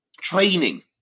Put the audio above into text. training